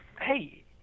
hey